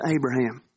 Abraham